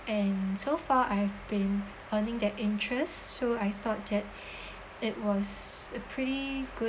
and so far I've been earning their interests so I thought that it was a pretty good